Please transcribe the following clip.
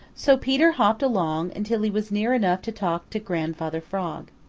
so peter hopped along until he was near enough to talk to grandfather frog.